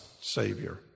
Savior